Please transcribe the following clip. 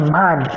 man